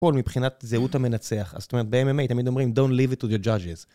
כל מבחינת זהות המנצח. זאת אומרת, ב-MMA תמיד אומרים, Don't leave it to the judges.